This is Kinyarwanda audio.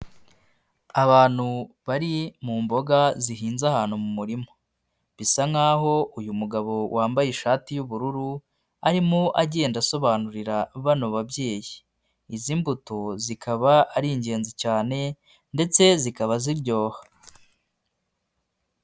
Abantu bari mu mboga zihinze ahantu mu murima, bisa nkaho uyu mugabo wambaye ishati y'ubururu arimo agenda asobanurira bano babyeyi. Izi mbuto zikaba ari ingenzi cyane ndetse zikaba ziryoha.